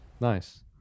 nice